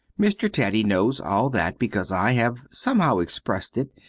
mr. teddy knows all that, because i have somehow expressed it,